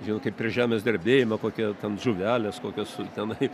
žinot kaip prie žemės drebėjimo kokia ten žuvelės kokios tenai